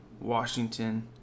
Washington